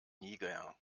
niger